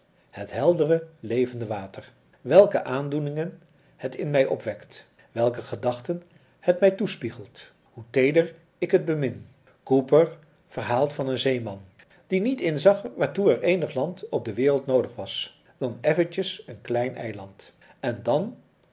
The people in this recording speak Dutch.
het heldere levende water welke aandoeningen het in mij opwekt welke gedachten het mij toespiegelt hoe teeder ik het bemin cooper verhaalt van een zeeman die niet inzag waartoe er éénig land op de wereld noodig was dan effentjes een klein eiland en dan